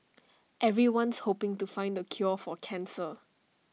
everyone's hoping to find the cure for cancer